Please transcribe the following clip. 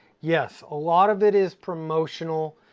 yes, a lot of it is promotional.